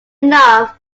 enough